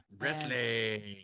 wrestling